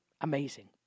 Amazing